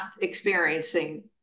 experiencing